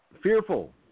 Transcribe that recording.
fearful